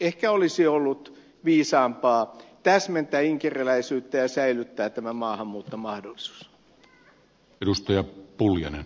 ehkä olisi ollut viisaampaa täsmentää inkeriläisyyttä ja säilyttää tämä maahanmuuttomahdollisuus